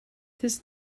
this